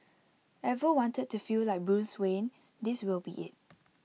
ever wanted to feel like Bruce Wayne this will be IT